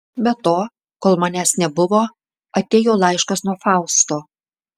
be to kol manęs nebuvo atėjo laiškas nuo fausto